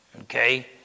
okay